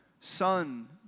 Son